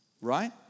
Right